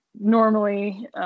normally